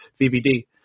VVD